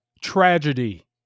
tragedy